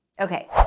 Okay